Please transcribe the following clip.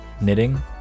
knitting